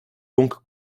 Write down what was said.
donc